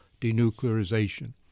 denuclearization